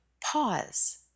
pause